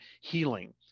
healing